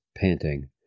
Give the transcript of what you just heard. panting